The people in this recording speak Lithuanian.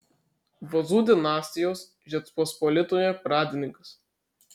vazų dinastijos žečpospolitoje pradininkas